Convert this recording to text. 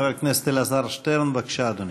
חבר הכנסת אלעזר שטרן, בבקשה, אדוני.